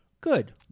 Good